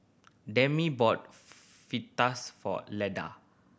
Demi bought Fajitas for Leda